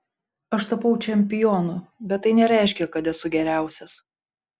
aš tapau čempionu bet tai nereiškia kad esu geriausias